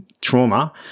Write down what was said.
trauma